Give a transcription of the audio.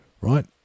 Right